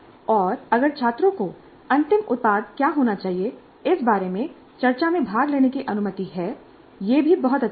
और अगर छात्रों को अंतिम उत्पाद क्या होना चाहिए इस बारे में चर्चा में भाग लेने की अनुमति है यह भी बहुत अच्छा है